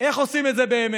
איך עושים את זה באמת?